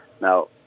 Now